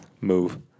Move